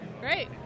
Great